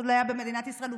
תלויה במדינת ישראל.